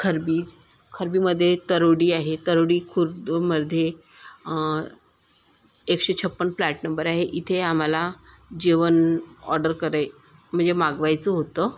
खरबी खरबीमध्ये तरोडी आहे तरोडी खुर्दमध्ये एकशे छप्पन प्लॅट नंबर आहे इथे आम्हाला जेवण ऑर्डर करायचं म्हणजे मागवायचं होतं